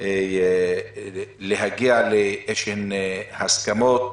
להגיע להסכמות,